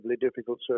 difficult